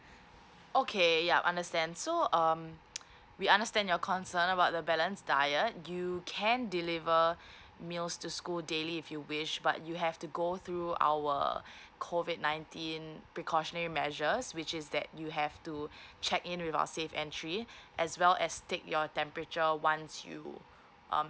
okay yup understand so um we understand your concern about the balanced diet you can deliver meals to school daily if you wish but you have to go through our COVID nineteen precautionary measures which is that you have to check in with our safe entry as well as take your temperature once you um